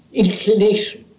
inclination